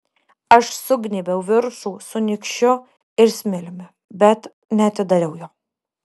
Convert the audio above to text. aš sugnybiau viršų su nykščiu ir smiliumi bet neatidariau jo